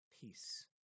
peace